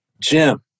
Jim